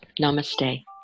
namaste